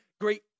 great